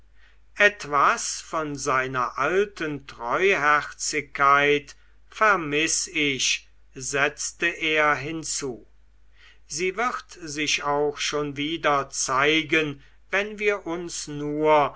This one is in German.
etwas von seiner alten treuherzigkeit vermiss ich setzte er hinzu sie wird sich auch schon wieder zeigen wenn wir uns nur